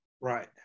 Right